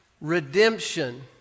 Redemption